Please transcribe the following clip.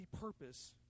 purpose